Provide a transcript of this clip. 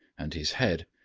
and his head,